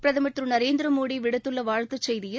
பிரதமர் திரு நரேந்திர மோடி விடுத்துள்ள வாழ்த்துச்செய்தியில்